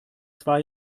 zwei